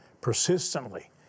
persistently